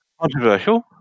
controversial